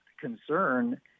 concern